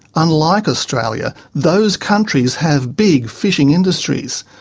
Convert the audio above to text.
unlike australia, those countries have big fishing industries.